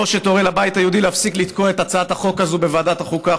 או שתורה לבית היהודי להפסיק לתקוע את הצעת החוק הזאת בוועדת החוקה,